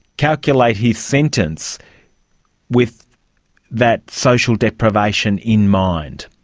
calculate his sentence with that social deprivation in mind.